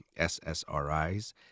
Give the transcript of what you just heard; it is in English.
SSRIs